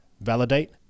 validate